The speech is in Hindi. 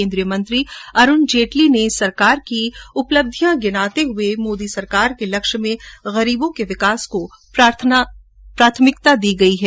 केन्द्रीय मंत्री अरूण जेटली ने सरकार की उपलब्धियां गिनाते हये कहा कि मोदी सरकार के लक्ष्य में गरीब के विकास को प्राथमिकता दी गई है